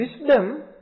wisdom